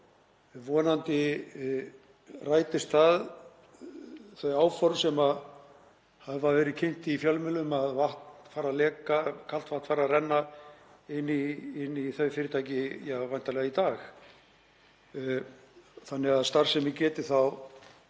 Vonandi rætast þau áform sem hafa verið kynnt í fjölmiðlum, að kalt vatn fari að renna inn í þau fyrirtæki væntanlega í dag þannig að starfsemi geti þá